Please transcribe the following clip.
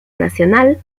nacional